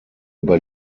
über